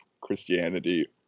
Christianity